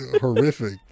horrific